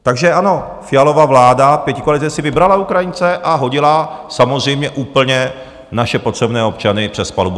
Takže ano, Fialova vláda a pětikoalice si vybrala Ukrajince a hodila samozřejmě úplně naše potřebné občany přes palubu.